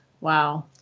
Wow